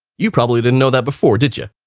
you probably didn't know that before, did you?